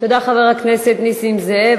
תודה, חבר הכנסת נסים זאב.